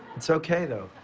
it's okay though.